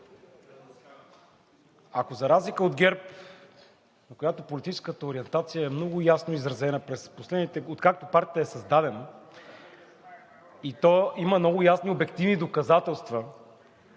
ако за разлика от ГЕРБ, на която политическата ориентация е много ясно изразена, откакто партията е създадена и то има много ясни обективни доказателства,